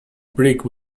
brick